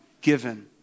given